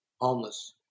homeless